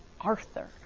Arthur